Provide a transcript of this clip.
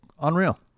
Unreal